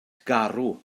garw